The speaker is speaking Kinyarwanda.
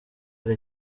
ari